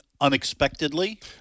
unexpectedly